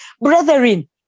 brethren